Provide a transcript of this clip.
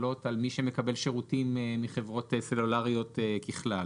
שחלות על מי שמקבל שירותים מחברות סלולריות ככלל.